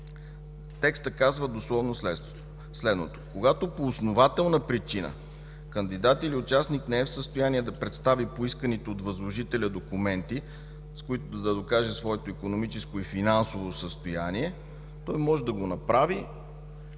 текстът казва дословно следното: